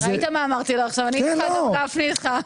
ראית מה אמרתי לו עכשיו; אני איתך, גם גפני איתך.